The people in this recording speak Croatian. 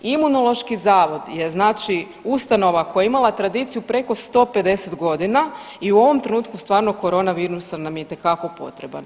Imunološki zavod je znači ustanova koja je imala tradiciju preko 150 godina i u ovom trenutku stvarno corona virusa nam je itekako potreban.